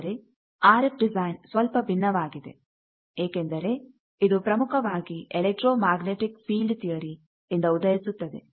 ಆದರೆ R F design ಸ್ವಲ್ಪ ಭಿನ್ನವಾಗಿದೆ ಏಕೆಂದರೆ ಇದು ಪ್ರಮುಖವಾಗಿ ಎಲೆಕ್ಟ್ರೋ ಮ್ಯಾಗ್ನೆಟಿಕ್ ಫೀಲ್ಡ್ ಥಿಯರಿ ಇಂದ ಉದಯಿಸುತ್ತದೆ